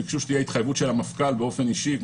ביקשו שתהיה התחייבות באופן אישי של המפכ"ל,